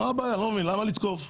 למה לתקוף?